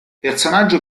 personaggio